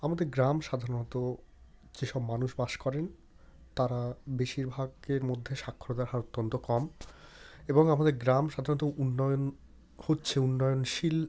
আমাদের গ্রাম সাধারণত যে সব মানুষ বাস করেন তারা বেশিরভাগের মধ্যে সাক্ষরতার হার অত্যন্ত কম এবং আমাদের গ্রাম সাধারণত উন্নয়ন হচ্ছে উন্নয়নশীল